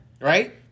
Right